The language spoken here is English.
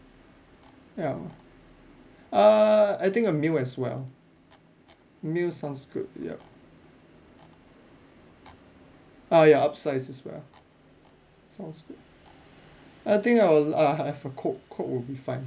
ya err I think a meal as well meal sounds good yup ah ya upsize as well sounds good I think I'll I'll have a coke coke will be fine